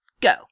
go